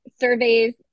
surveys